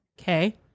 Okay